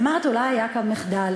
אמרת: אולי היה כאן מחדל?